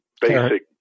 basic